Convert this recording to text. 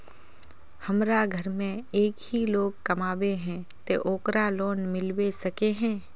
हमरा घर में एक ही लोग कमाबै है ते ओकरा लोन मिलबे सके है?